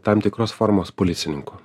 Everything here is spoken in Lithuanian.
tam tikros formos policininku